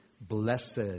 Blessed